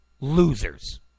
losers